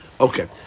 Okay